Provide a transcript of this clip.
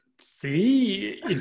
see